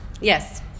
yes